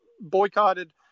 boycotted